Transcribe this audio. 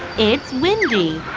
it's windy.